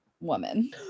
woman